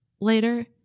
Later